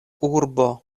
urbo